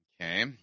Okay